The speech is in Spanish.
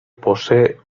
posee